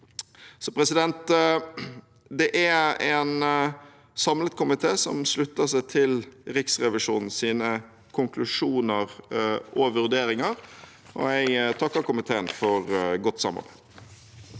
må overholdes. Det er en samlet komité som slutter seg til Riksrevisjonens konklusjoner og vurderinger, og jeg takker komiteen for godt samarbeid.